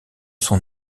son